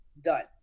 done